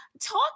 Talk